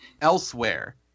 elsewhere